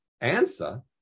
answer